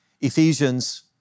Ephesians